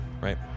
right